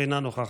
אינה נוכחת,